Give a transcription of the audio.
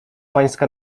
pańska